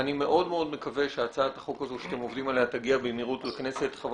אני מאוד מקווה שהצעת החוק הזו שאתם עובדים עליה תגיע במהירות לכנסת.